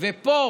ופה